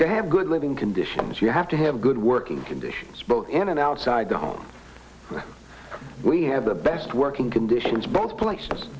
they have good living conditions you have to have good working conditions both in and outside the home we have the best working conditions both places